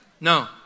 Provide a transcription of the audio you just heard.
No